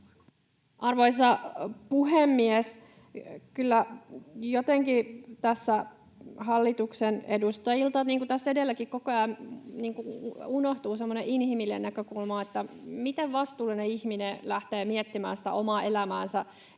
Arvoisa puhemies! Kyllä jotenkin tässä hallituksen edustajilta, niin kuin tässä edelläkin, koko ajan unohtuu semmoinen inhimillinen näkökulma, että miten vastuullinen ihminen lähtee miettimään sitä omaa elämäänsä